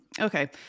Okay